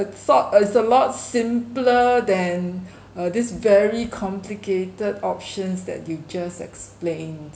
sort is a lot simpler than uh this very complicated options that you just explained